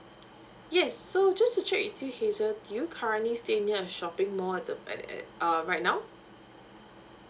yes so just to check with you hazel do you currently stay near a shopping mall at the at at uh right now